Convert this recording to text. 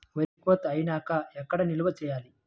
వరి కోత అయినాక ఎక్కడ నిల్వ చేయాలి?